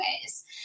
ways